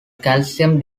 calcium